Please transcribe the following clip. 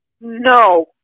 No